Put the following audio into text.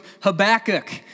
Habakkuk